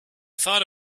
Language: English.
thought